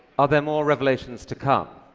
are there more revelations to come?